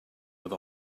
with